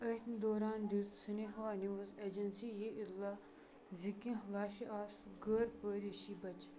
أتھۍ دوران دِژ سنہوا نیوز ایجنسی یہِ اطلاع زِ کینٛہہ لاشہِ آسہٕ غٲر پٲریٖشی بچہِ